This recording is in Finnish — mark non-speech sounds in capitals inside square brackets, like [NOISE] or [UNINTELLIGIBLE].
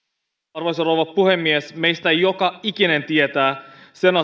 arvoisa rouva puhemies meistä joka ikinen tietää sen [UNINTELLIGIBLE]